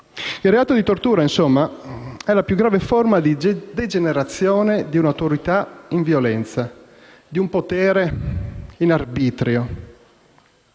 Il reato di tortura, insomma, è la più grave forma di degenerazione di un'autorità in violenza, di un potere in arbitrio.